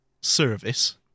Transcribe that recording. service